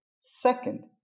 Second